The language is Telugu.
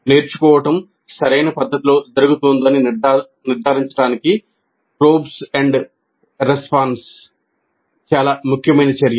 నేర్చుకోవడం సరైన పద్ధతిలో జరుగుతోందని నిర్ధారించడానికి "ప్రోబ్ అండ్ రెస్పాన్స్" చాలా ముఖ్యమైన చర్య